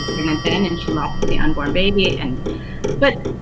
pregnant then and she lost the unborn baby and but,